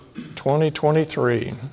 2023